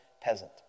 peasant